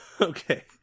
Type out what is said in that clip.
okay